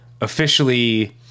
officially